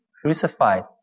crucified